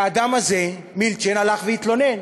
והאדם הזה, מילצ'ן, הלך להתלונן